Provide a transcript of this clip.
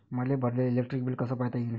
मले भरलेल electric bill कस पायता येईन?